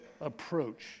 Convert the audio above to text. approach